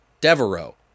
Devereaux